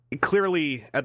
clearly